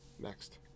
Next